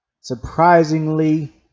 Surprisingly